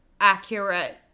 accurate